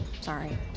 Sorry